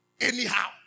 anyhow